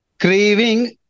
craving